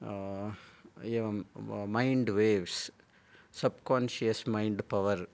एवं mind waves subconscious mind power